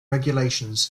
regulations